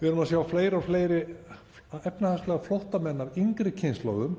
við erum að sjá fleiri og fleiri efnahagslega flóttamenn af yngri kynslóðum